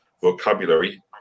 vocabulary